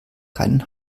keinen